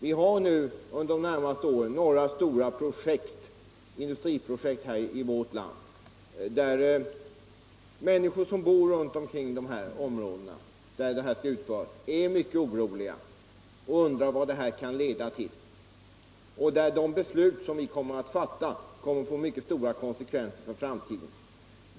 Vi har under de närmaste åren några stora industriprojekt i vårt land som medfört att människor som bor i områden runtomkring dem är mycket oroliga och undrar vad de kan leda till; de beslut som vi kommer att fatta om detta projekt kommer att få stora konsekvenser för framtiden.